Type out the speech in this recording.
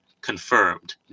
confirmed